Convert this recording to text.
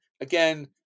Again